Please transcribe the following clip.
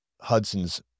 Hudson's